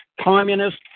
Communist